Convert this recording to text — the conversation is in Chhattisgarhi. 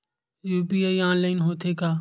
यू.पी.आई ऑनलाइन होथे का?